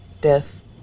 death